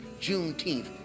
Juneteenth